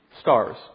stars